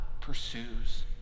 pursues